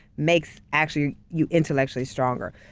makes actually you intellectually stronger.